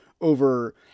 over